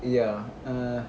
ya err